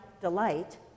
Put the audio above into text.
delight